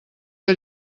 que